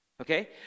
okay